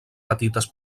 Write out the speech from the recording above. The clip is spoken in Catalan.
petites